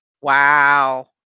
Wow